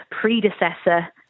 predecessor